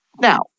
Now